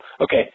okay